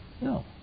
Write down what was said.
No